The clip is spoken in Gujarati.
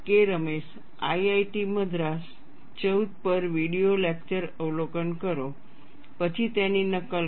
રમેશ IIT મદ્રાસ 14 પર વિડિયો લેક્ચર અવલોકન કરો પછી તેની નકલ કરો